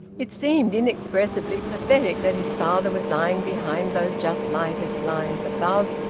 it seemed inexpressibly pathetic that his father was lying behind those just-lighted blinds above,